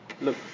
look